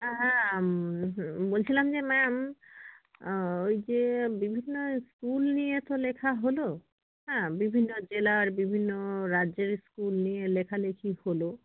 হ্যাঁ হ্যাঁ বলছিলাম যে ম্যাম ওই যে বিভিন্ন স্কুল নিয়ে তো লেখা হল হ্যাঁ বিভিন্ন জেলার বিভিন্ন রাজ্যের স্কুল নিয়ে লেখালেখি হল